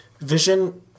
Vision